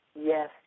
Yes